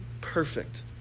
perfect